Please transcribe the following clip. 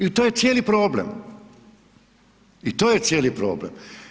I to je cijeli problem i to je cijeli problem.